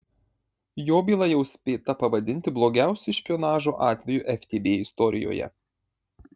jo byla jau spėta pavadinti blogiausiu špionažo atveju ftb istorijoje